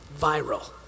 Viral